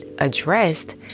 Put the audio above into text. addressed